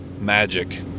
magic